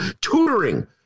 tutoring